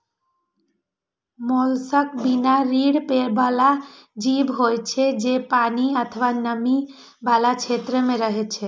mollusc बिना रीढ़ बला जीव होइ छै, जे पानि अथवा नमी बला क्षेत्र मे रहै छै